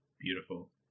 beautiful